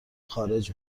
خارج